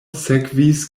sekvis